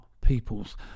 Peoples